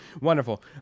Wonderful